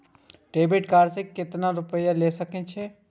Debit card से कतेक रूपया ले सके छै?